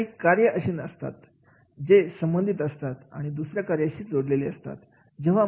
ही काही कार्य अशी असतात जे संबंधित असतात आणि दुसऱ्या कार्याची जोडलेली असतात